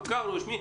מוכר-לא רשמי.